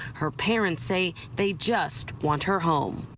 her parents say they just want her home.